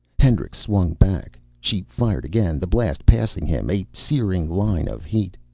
hendricks swung back. she fired again, the blast passing him, a searing line of heat.